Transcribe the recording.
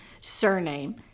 surname